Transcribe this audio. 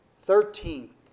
Thirteenth